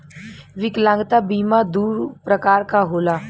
विकलागंता बीमा दू प्रकार क होला